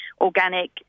organic